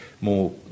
more